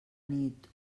nit